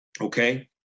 okay